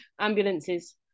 ambulances